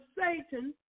Satan